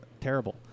terrible